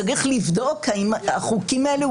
צריך לבדוק האם החוקים האלה,